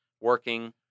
working